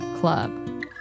club